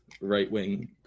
right-wing